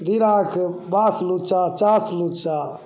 धिराके बास लुचा चास लुचा